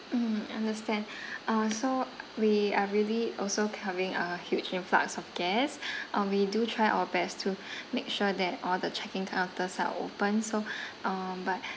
mm understand uh so we are really also having a huge influx of guests um we do try our best to make sure that all the check in counters are open so um but